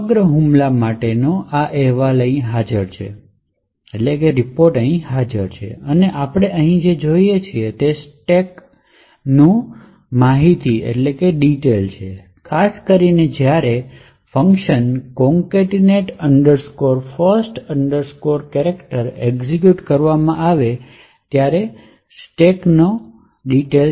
સમગ્ર હુમલા માટેનો અહેવાલ અહીં હાજર છે અને આપણે અહીં જે જોઈએ છીએ તે સ્ટેક નું સમાવિષ્ટ છે ખાસ કરીને જ્યારે કાર્ય concatenate first chars એક્ઝીક્યુટકરવામાં આવે ત્યારે સ્ટેક નાં સમાવિષ્ટ